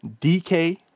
DK